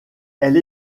elle